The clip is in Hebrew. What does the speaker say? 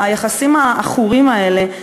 היחסים העכורים האלה,